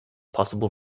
possible